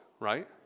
right